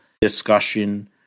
discussion